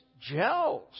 gels